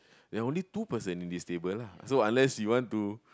there only two person in this table lah so unless you want to